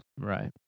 Right